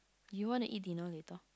you want to eat dinner later